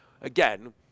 again